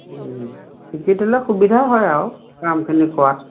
শিকি থ'লে সুবিধা হয় আৰু কামখিনি কৰাত